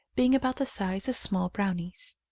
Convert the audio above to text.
being about the size of small brownies.